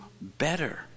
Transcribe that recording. better